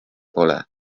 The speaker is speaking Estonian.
pole